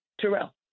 Terrell